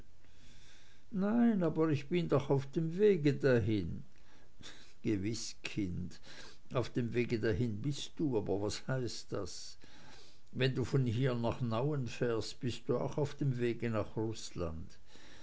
nein aber ich bin doch auf dem wege dahin gewiß kind auf dem wege dahin bist du aber was heißt das wenn du von hier nach nauen fährst bist du auch auf dem wege nach rußland